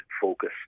focus